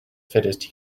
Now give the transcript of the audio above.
fittest